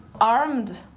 armed